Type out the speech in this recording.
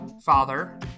father